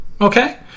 okay